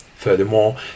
Furthermore